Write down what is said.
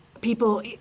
people